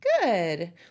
Good